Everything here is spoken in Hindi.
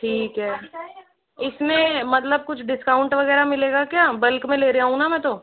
ठीक है इसमें मतलब कुछ डिस्काउंट वगैरह मिलेगा क्या बल्क में ले रही हूँ ना मैं तो